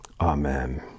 Amen